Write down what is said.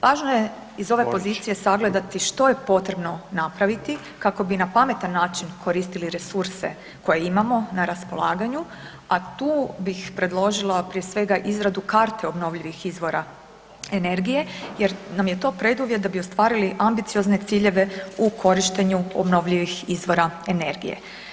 Važno je iz ove pozicije sagledati što je potrebno napraviti kako bi na pametan način koristili resurse koje imamo na raspolaganju, a tu bih predložila, prije svega izradu karte obnovljivih izvora energije jer nam je to preduvjet da bi ostvarili ambiciozne ciljeve u korištenju obnovljivih izvora energije.